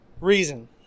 Reason